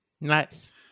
nice